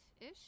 ish